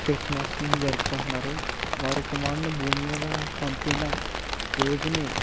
క్రిస్మస్ను జరుపుకుంటున్నారు వారి కుమారున్ని భూమి మీద పంపిన రోజుని